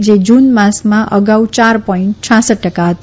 જે જુન માસમાં અગાઉ ચાર પોઈન્ટ છાસઠ ટકા હતી